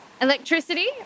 electricity